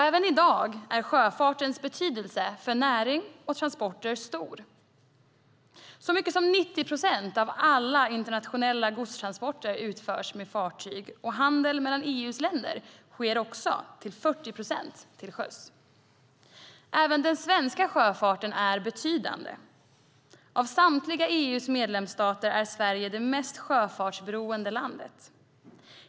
Även i dag är sjöfartens betydelse för näring och transporter stor. Så mycket som 90 procent av alla internationella godstransporter utförs med fartyg, och handeln mellan EU:s medlemsländer sker till 40 procent till sjöss. Även den svenska sjöfarten är betydande. Av samtliga EU:s medlemsstater är Sverige det mest sjöfartsberoende landet.